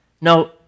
No